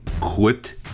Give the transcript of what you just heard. quit